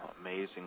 amazing